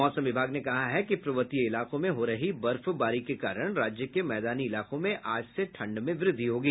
मौसम विभाग ने कहा है कि पर्वतीय इलाकों में हो रही बर्फबारी के कारण राज्य के मैदानी इलाकों में आज से ठंड में वृद्धि होगी